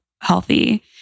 healthy